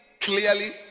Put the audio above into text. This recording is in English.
clearly